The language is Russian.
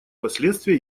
последствия